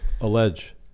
allege